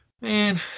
man